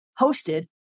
hosted